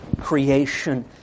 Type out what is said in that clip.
Creation